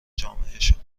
جامعهشان